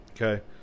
Okay